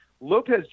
Lopez